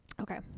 okay